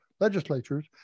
legislatures